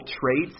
traits